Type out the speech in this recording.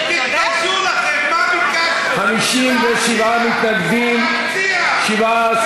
טבח כפר-קאסם, התשע"ה